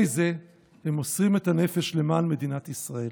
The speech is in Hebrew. זה הם מוסרים את הנפש למען מדינת ישראל.